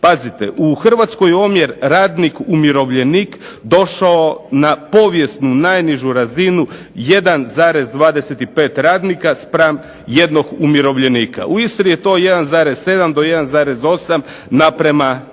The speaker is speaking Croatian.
Pazite, u Hrvatskoj je omjer radnik umirovljenik došao na povijesnu najnižu razinu 1,25 radnika spram 1 umirovljenika. U Istri je to 1,7 do 1,8 naprema 1.